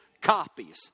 copies